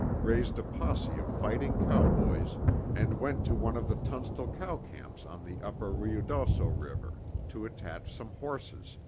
raised a posse of fighting cowboys and went to one of the tunstall cow-camps on the upper ruidoso river, to attach some horses,